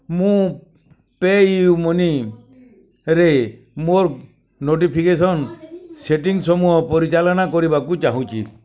ମୁଁ ପେୟୁମନିରେ ମୋର ନୋଟିଫିକେସନ୍ ସେଟିଙ୍ଗ୍ ସମୂହ ପରିଚାଲନା କରିବାକୁ ଚାହୁଁଛି